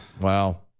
Wow